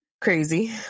crazy